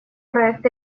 проект